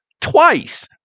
Twice